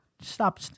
stop